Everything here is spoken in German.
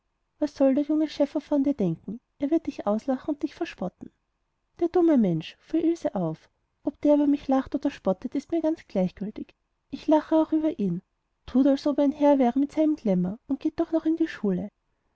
was soll der junge schäffer von dir denken er wird dich auslachen und dich verspotten der dumme mensch fuhr ilse auf ob der über mich lacht oder spottet ist mir ganz gleichgültig ich lache auch über ihn thut als ob er ein herr wäre mit seinem klemmer und geht doch noch in die schule